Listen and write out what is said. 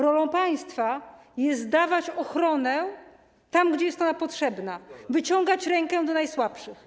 Rolą państwa jest zapewnianie ochrony tam, gdzie jest ona potrzebna, wyciąganie ręki do najsłabszych.